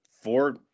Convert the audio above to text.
four